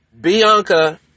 Bianca